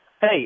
Hey